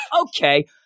okay